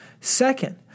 Second